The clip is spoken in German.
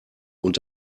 und